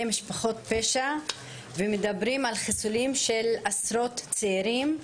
משפחות פשע ומדברים על חיסולים של עשרות צעירים.